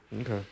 Okay